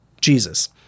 Jesus